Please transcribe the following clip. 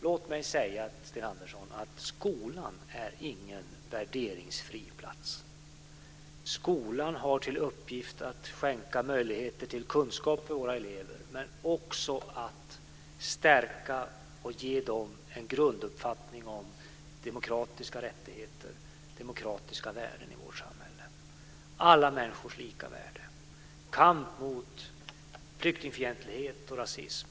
Låt mig säga till Sten Andersson att skolan inte är någon värderingsfri plats. Skolan har till uppgift att skänka möjligheter till kunskap till våra elever, men också att stärka dem och ge dem en grunduppfattning om demokratiska rättigheter, demokratiska värden, i vårt samhälle. Det gäller alla människors lika värde. Det gäller kamp mot flyktingfientlighet och rasism.